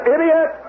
Idiot